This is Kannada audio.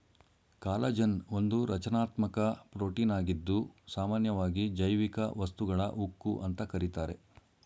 ಕಾಲಜನ್ ಒಂದು ರಚನಾತ್ಮಕ ಪ್ರೋಟೀನಾಗಿದ್ದು ಸಾಮನ್ಯವಾಗಿ ಜೈವಿಕ ವಸ್ತುಗಳ ಉಕ್ಕು ಅಂತ ಕರೀತಾರೆ